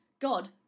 God